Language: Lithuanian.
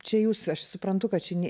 čia jūs aš suprantu kad čia ne